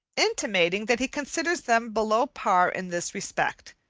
intimating that he considers them below par in this respect,